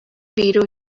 بیرون